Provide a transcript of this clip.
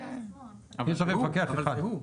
אבל זה הוא.